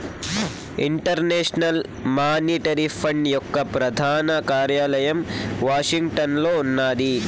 international monetary fund యొక్క ప్రధాన కార్యాలయం వాషింగ్టన్లో ఉన్నాది